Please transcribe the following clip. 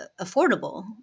affordable